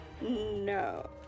no